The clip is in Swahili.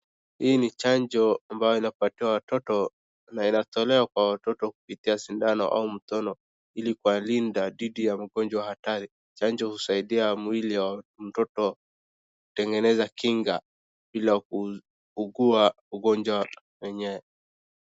Hii ni chanjo ambayo inapatiwa watoto na inatolewa kwa watoto kupitia kwa sindano au mdomo, ili kuwalinda dhidi ya magonjwa hatari. Chanjo husaidia mwili wa mtoto kutengeneza kinga, ili wakiugua ugonjwa wenye.